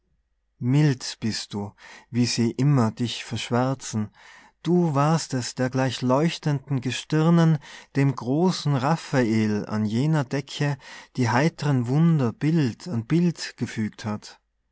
mild bist du wie sie immer dich verschwärzen du warst es der gleich leuchtenden gestirnen dem großen raphael an jener decke die heitren wunder bild an bild gefügt hat